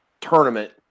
tournament